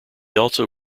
also